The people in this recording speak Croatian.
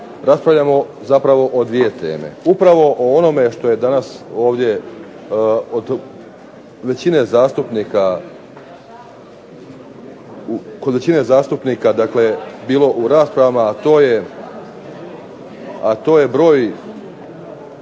raspravljamo zapravo o dvije teme. Upravo o onome što je danas ovdje kod većine zastupnika dakle bilo u raspravama, a to je broj